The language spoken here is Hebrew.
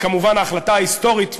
וכמובן ההחלטה ההיסטורית,